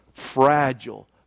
Fragile